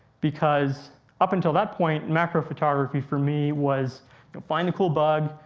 because up until that point, macro photography for me was find a cool bug,